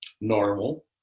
normal